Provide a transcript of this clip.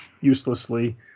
uselessly